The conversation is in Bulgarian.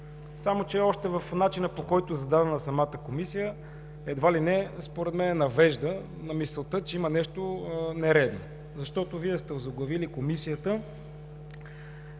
Само че още в начина, по който е зададена самата Комисия, едва ли не навежда на мисълта, че има нещо нередно, защото вие сте озаглавили Комисията…